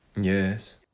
Yes